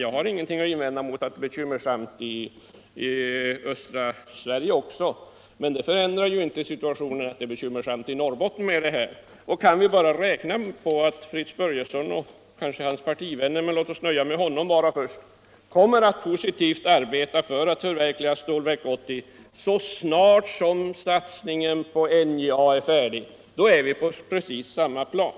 Jag har inget att invända mot uttalandet att det är bekymmer i Östra Sverige också — men det förändrar inte den bekymmersamma situationen i Norrbotten! Kan vi bara räkna med att Fritz Börjesson - och kanske hans partivänner, men låt oss nöja oss med honom till att börja med - kommer att positivt arbeta för att förverkliga Stålverk 80 så snart satsningen på NJA är färdig befinner vi oss på precis samma plan.